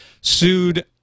sued